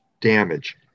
damage